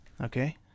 Okay